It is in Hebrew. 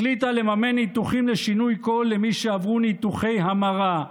החליטה לממן ניתוחים לשינוי קול למי שעברו ניתוחי המרה.